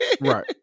right